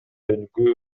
өнүгүү